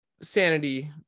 sanity